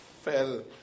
fell